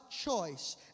choice